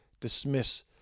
dismiss